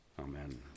Amen